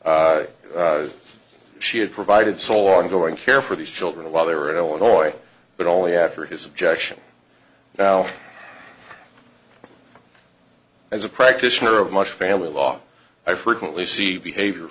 she had provided sole ongoing care for these children while they were in illinois but only after his objection now as a practitioner of much family law i frequently see behavior